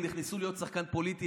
הם נכנסו להיות שחקן פוליטי,